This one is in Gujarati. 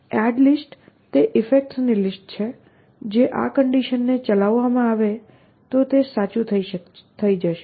એડ લિસ્ટ તે ઇફેક્ટ્સની લિસ્ટ છે જે આ એકશન્સ ને ચલાવવામાં આવે તો તે સાચું થઈ જશે